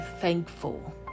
thankful